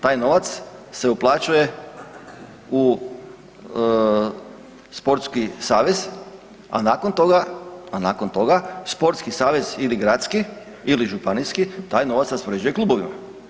Taj novac se uplaćuje u sportski savez, a nakon toga, a nakon toga sportski savez ili gradski ili županijski taj novac raspoređuje klubovima.